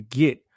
get